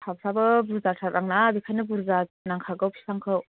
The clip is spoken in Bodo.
हाफ्राबो बुरजाथार आंना बेखायनो बुरजा नांखागौ बिफांखौ